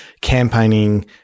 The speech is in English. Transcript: campaigning